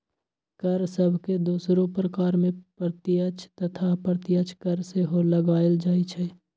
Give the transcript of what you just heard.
कर सभके दोसरो प्रकार में प्रत्यक्ष तथा अप्रत्यक्ष कर सेहो लगाएल जाइ छइ